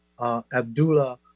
Abdullah